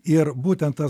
ir būtent tas